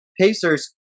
Pacers